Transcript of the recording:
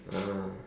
uh